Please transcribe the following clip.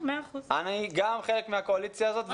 גם אני חלק מהקואליציה הזאת.